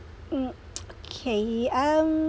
mm okay I'm